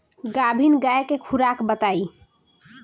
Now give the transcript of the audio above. गाभिन गाय के खुराक बताई?